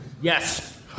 Yes